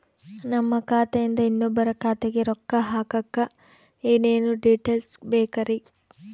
ನಮ್ಮ ಖಾತೆಯಿಂದ ಇನ್ನೊಬ್ಬರ ಖಾತೆಗೆ ರೊಕ್ಕ ಹಾಕಕ್ಕೆ ಏನೇನು ಡೇಟೇಲ್ಸ್ ಬೇಕರಿ?